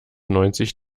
neunzig